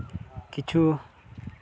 ᱠᱤᱪᱷᱩ